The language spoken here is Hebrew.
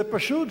זה פשוט?